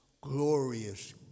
glorious